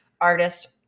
artist